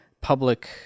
public